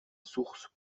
source